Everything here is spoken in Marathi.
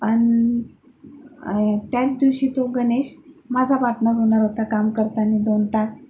आणि त्याच दिवशी तो गनेश माझा पार्टनर होणार होता काम करताना दोन तास